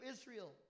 Israel